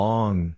Long